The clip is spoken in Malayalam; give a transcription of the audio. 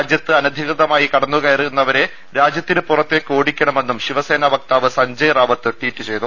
രാജ്യത്ത് അനധികൃതമായി കടന്നുകയറുന്നവരെ രാജ്യത്തിന് പുറ ത്തേക്ക് ഓടിക്കണമെന്നും ശിവസേനാ വക്താവ് സഞ്ജയ് റാവത്ത് ട്വീറ്റ് ചെയ്തു